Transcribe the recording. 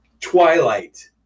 Twilight